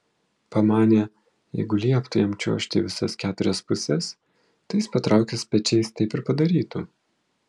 pamanė jeigu lieptų jam čiuožti į visas keturias puses tai jis patraukęs pečiais taip ir padarytų